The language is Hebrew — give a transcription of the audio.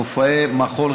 מופעי מחול,